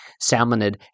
salmonid